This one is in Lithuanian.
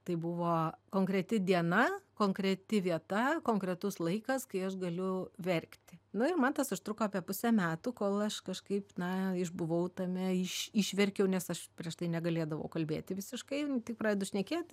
tai buvo konkreti diena konkreti vieta konkretus laikas kai aš galiu verkti nu ir man tas užtruko apie pusę metų kol aš kažkaip na išbuvau tame iš išverkiau nes aš prieš tai negalėdavau kalbėti visiškai nu tik pradedu šnekėt